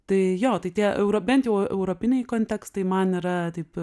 tai jo tai tie euro bent jau eu europiniai kontekstai man yra taip ir